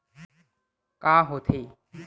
का होथे?